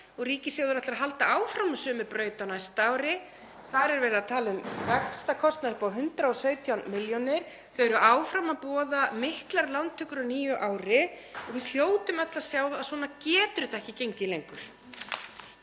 ríkissjóður ætlar að halda áfram á sömu braut á næsta ári. Þar er verið að tala um vaxtakostnað upp á 117 milljónir. Þau eru áfram að boða miklar lántökur á nýju ári. Við hljótum öll að sjá að svona getur þetta ekki gengið lengur.